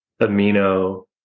Amino